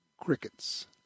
Crickets